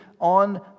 on